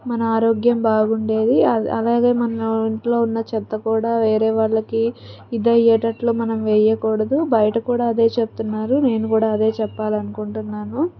మన ఆరోగ్యం బాగుండేది అది అలాగే మన ఇంట్లో ఉన్న చెత్త కూడా వేరే వాళ్ళకి ఇదయ్యేటట్లు మనం వేయకూడదు బయట కూడా అదే చెప్తున్నారు నేను కూడా అదే చెప్పాలనుకుంటున్నాను